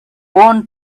own